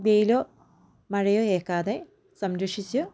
വെയിലോ മഴയോ ഏൽക്കാതെ സംരക്ഷിച്ച്